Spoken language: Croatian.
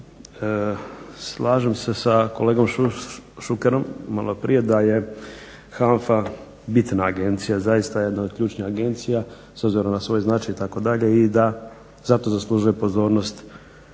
Slažem se sa kolegom Šukerom malo prije da je HANFA bitna agencija, zaista jedna od ključnih agencija s obzirom na svoj značaj itd. i da za to zaslužuje pozornost